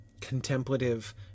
contemplative